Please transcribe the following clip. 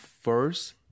first